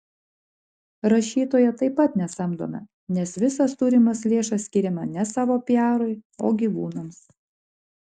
rašytojo taip pat nesamdome nes visas turimas lėšas skiriame ne savo piarui o gyvūnams